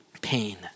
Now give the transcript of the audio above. pain